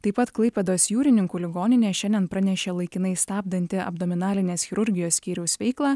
taip pat klaipėdos jūrininkų ligoninė šiandien pranešė laikinai stabdanti abdominalinės chirurgijos skyriaus veiklą